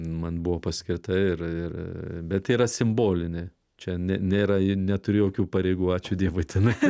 man buvo paskirta ir ir bet yra simbolinė čia nėra neturiu jokių pareigų ačiū dievui tenai